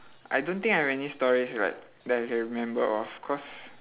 I don't think I have any stories but that I can remember of cause